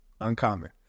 uncommon